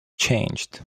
changed